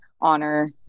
honor